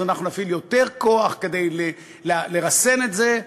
אז אנחנו נפעיל יותר כוח כדי לרסן את זה,